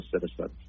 citizens